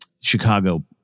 Chicago